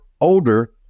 older